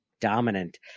Dominant